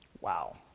wow